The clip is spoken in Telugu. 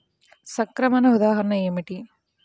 సంక్రమణ ఉదాహరణ ఏమిటి?